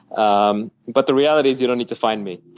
um but the reality is you don't need to find me.